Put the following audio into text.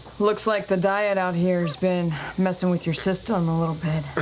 looks like the diet out here has been messing with your system a little bit.